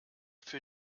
für